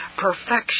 perfection